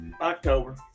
October